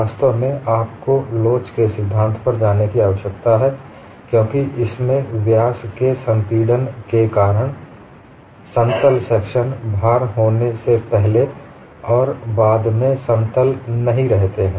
वास्तव में आपको लोच के सिद्धांत पर जाने की आवश्यकता है क्योंकि इसमें व्यास के संपीड़न के कारण समतल सेक्शन भार होने से पहले और बाद में समतल नहीं रहते हैं